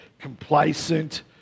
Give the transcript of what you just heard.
complacent